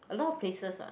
a lot of places ah